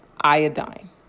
iodine